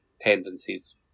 tendencies